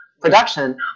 production